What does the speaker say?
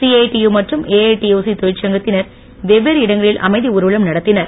CITU மற்றும் AITUC தொழிற்சங்கத்தினர் வெவ்வேறு இடங்களில் அமைதி ஊர்வலம் நடத்தினர்